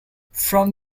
from